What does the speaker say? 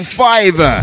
five